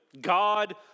God